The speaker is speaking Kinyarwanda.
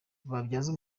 babyaza